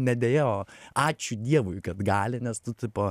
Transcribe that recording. ne deja o ačiū dievui kad gali nes tu tipo